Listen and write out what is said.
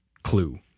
clue